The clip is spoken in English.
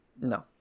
No